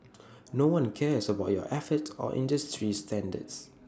no one cares about your efforts or industry standards